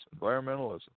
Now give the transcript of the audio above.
environmentalism